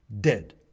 dead